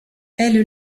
elle